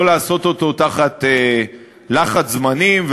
לא לעשות אותו תחת לחץ זמנים,